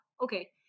okay